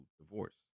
divorce